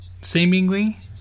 seemingly